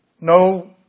no